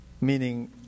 meaning